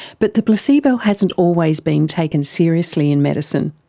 but the placebo hasn't always been taken seriously in medicine.